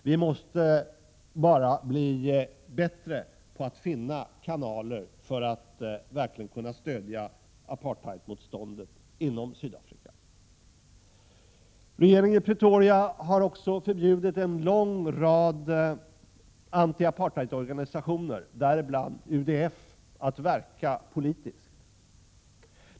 Vi måste bara bli bättre på att finna kanaler för att verkligen kunna stödja apartheidmotståndet inom Sydafrika. Regeringen i Pretoria har också förbjudit en lång rad antiapartheidorgani sationer, däribland UDF, att verka politiskt.